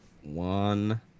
One